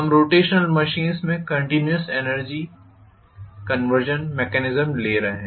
हम rotational machines में continuous energy conversion mechanism ले रहे हैं